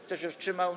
Kto się wstrzymał?